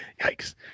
Yikes